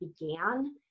began